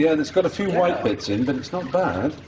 yeah and it's got a few white bits in, but it's not bad.